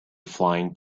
flying